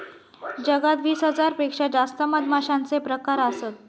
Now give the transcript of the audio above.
जगात वीस हजार पेक्षा जास्त मधमाश्यांचे प्रकार असत